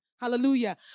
Hallelujah